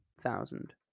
thousand